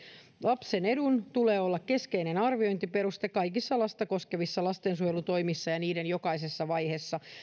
lapsen edun tulee olla keskeinen arviointiperuste kaikissa lasta koskevissa lastensuojelutoimissa ja niiden jokaisessa vaiheessa